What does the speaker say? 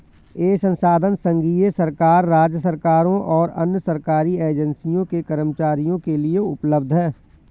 यह संसाधन संघीय सरकार, राज्य सरकारों और अन्य सरकारी एजेंसियों के कर्मचारियों के लिए उपलब्ध है